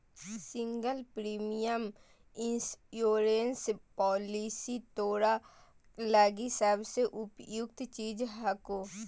single premium insurance policy तोरा लगी सबसे उपयुक्त चीज हको